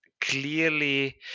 clearly